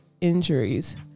injuries